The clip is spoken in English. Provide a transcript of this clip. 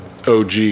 OG